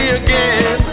again